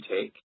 take